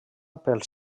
pels